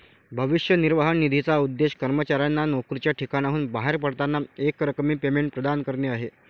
भविष्य निर्वाह निधीचा उद्देश कर्मचाऱ्यांना नोकरीच्या ठिकाणाहून बाहेर पडताना एकरकमी पेमेंट प्रदान करणे आहे